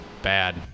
Bad